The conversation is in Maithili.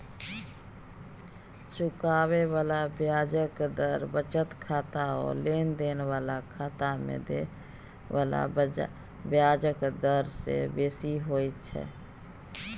चुकाबे बला ब्याजक दर बचत खाता वा लेन देन बला खाता में देय बला ब्याजक डर से बेसी होइत छै